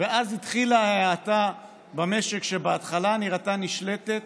ואז התחילה ההאטה במשק, שבהתחלה נראתה נשלטת,